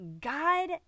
God